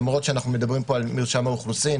למרות שאנחנו מדברים פה על מרשם האוכלוסין